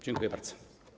Dziękuję bardzo.